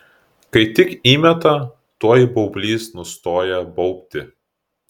kai tik įmeta tuoj baublys nustoja baubti